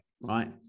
right